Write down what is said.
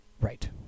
right